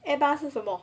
air bar 是什么